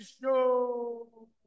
show